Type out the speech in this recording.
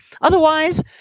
otherwise